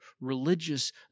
religious